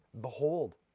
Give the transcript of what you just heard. behold